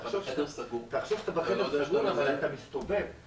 או שהבן שלו שבכלל היה אסימפטומטי נדבק והדביק אותו.